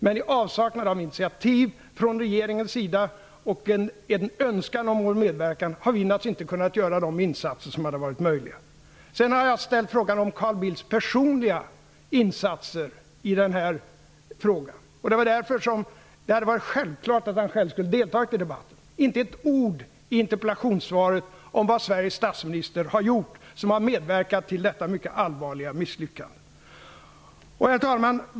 Men i avsaknad av initiativ från regeringens sida eller önskan om vår medverkan har vi naturligtvis inte kunnat göra de insatser som hade varit möjliga. Jag har ställt frågan om Carl Bildts personliga insatser, och det var därför som det hade varit självklart att han skulle ha deltagit i debatten. Men det står inte ett ord i interpellationssvaret om vad Sveriges statsminister har gjort som har medverkat till detta mycket allvarliga misslyckande. Herr talman!